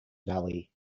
valley